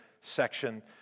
section